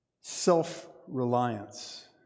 Self-reliance